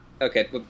Okay